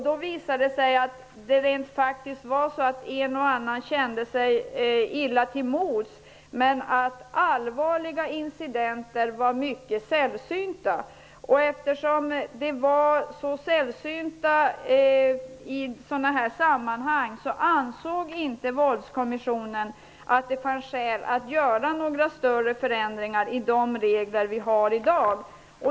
Det visade sig att en och annan faktiskt kände sig illa till mods men att allvarliga incidenter var mycket sällsynta. Eftersom de var så sällsynta, ansåg inte Våldskommissionen att det fanns skäl att göra några större förändringar av de regler vi har i dag.